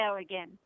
again